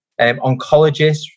oncologists